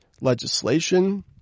legislation